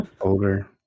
Older